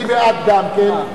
אני בעד גם כן.